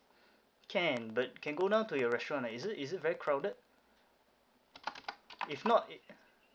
can but can go down to your restaurant ah is it is it very crowded if not